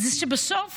בסוף